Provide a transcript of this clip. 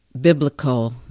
biblical